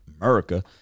America